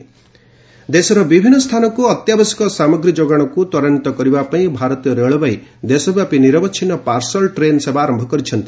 parcel train ଦେଶର ବିଭିନ୍ନ ସ୍ଥାନକୁ ଅତ୍ୟାବଶ୍ୟକ ସାମଗ୍ରୀ ଯୋଗାଣକୁ ତ୍ୱରାନ୍ୱିତ କରିବା ପାଇଁ ଭାରତୀୟ ରେଳବାଇ ଦେଶବ୍ୟାପୀ ନିରବଚ୍ଛିନ୍ନ ପାର୍ସଲ ଟ୍ରେନ୍ ସେବା ଆରମ୍ଭ କରିଛନ୍ତି